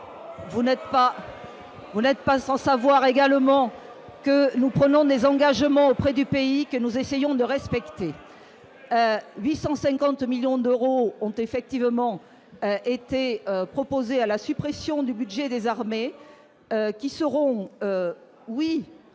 Vous n'êtes pas sans savoir également que nous prenons des engagements auprès des pays que nous essayons de respecter 850 millions d'euros ont effectivement été proposés à la suppression du budget des armées qui seront oui,